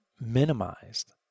minimized